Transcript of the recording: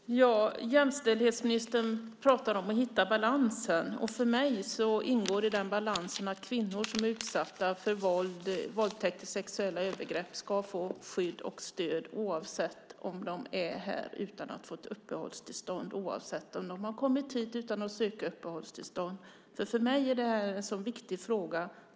Fru talman! Jämställdhetsministern pratar om att hitta balansen. För mig ingår i den balansen att kvinnor som är utsatta för våld, våldtäkt och sexuella övergrepp ska få skydd och stöd oavsett om de är här med eller utan uppehållstillstånd. För mig är det här en viktig fråga.